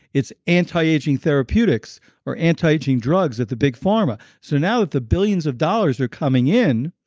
it's anti-aging therapeutics or anti-aging drugs at the big pharma. so now that the billions of dollars are coming in,